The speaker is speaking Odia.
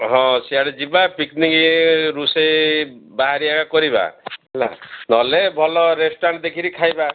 ହଁ ସିଆଡ଼େ ଯିବା ପିକନିକ ରୁଷେଇ ବାହାରିଆ କରିବା ହେଲା ନହେଲେ ଭଲ ରେଷ୍ଟୁରାଣ୍ଟ୍ ଦେଖିକିରି ଖାଇବା